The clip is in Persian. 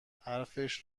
حرفش